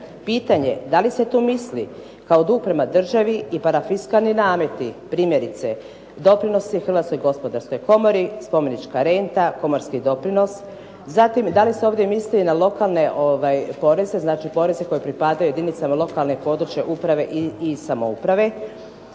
Pitanje, da li se tu misli kao dug prema državi i parafiskalni nameti, primjerice, doprinosi Hrvatskoj gospodarskoj komori, spomenička renta, pomorski doprinos, zatim da li se ovdje misli na lokalne poreze, poreze koji pripadaju jedinicama lokalne i područne uprave i samouprave.